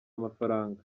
amafaranga